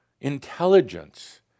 Intelligence